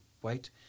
white